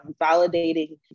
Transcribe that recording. validating